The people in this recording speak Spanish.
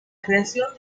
creación